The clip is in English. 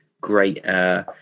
great